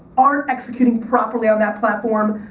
aren't executing properly on that platform,